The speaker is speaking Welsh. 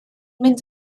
mynd